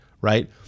right